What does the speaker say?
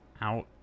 out